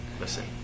listen